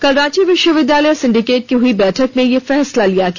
कल रांची विश्वविद्यालय सिंडिकेट की हुई बैठक में यह फैसला लिया गया